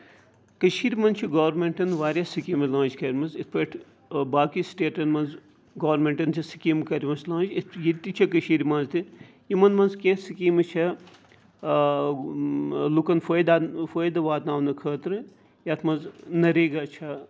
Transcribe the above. کٔشیٖر منٛز چھُ گورمینٹَن واریاہن سِکیٖمہٕ لانچ کَرمَژٕ یِتھ پٲٹھۍ باقٕے سِٹیٹَن منٛز گورمینٹَن چھِ سِکیٖمہٕ کٔرمَژٕ لانچ ییٚیہِ تہِ چھِ کٔشیٖر منٛز تہِ یِمن منٛز کیٚنہہ سِکیٖمہٕ چھِ آ لُکن فٲیدٕ واتناونہٕ خٲطرٕ یَتھ منٛز ناریگا چھُ